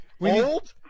old